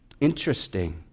Interesting